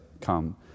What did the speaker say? come